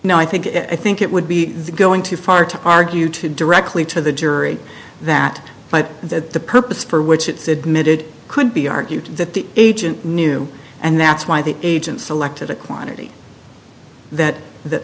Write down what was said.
now i think i think it would be going too far to argue to directly to the jury that but that the purpose for which it's admitted could be argued that the agent knew and that's why the agent selected a quantity that that